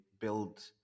build